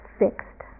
fixed